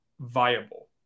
viable